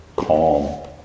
calm